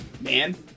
man